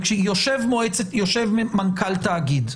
יושב מנכ"ל תאגיד,